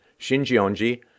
Shinjionji